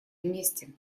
вместе